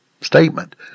statement